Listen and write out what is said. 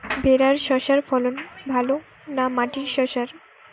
ভেরার শশার ফলন ভালো না মাটির শশার?